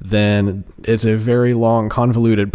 then it's a very long convoluted